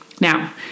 Now